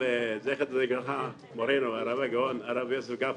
זצ"ל מורנו הרב הגאון הרב יוסף קפאח.